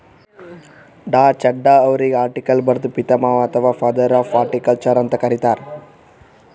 ಡಾ.ಚಢಾ ಅವ್ರಿಗ್ ಹಾರ್ಟಿಕಲ್ಚರ್ದು ಪಿತಾಮಹ ಅಥವಾ ಫಾದರ್ ಆಫ್ ಹಾರ್ಟಿಕಲ್ಚರ್ ಅಂತ್ ಕರಿತಾರ್